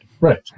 Right